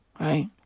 Right